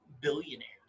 billionaires